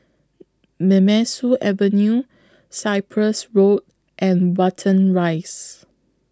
Nemesu Avenue Cyprus Road and Watten Rise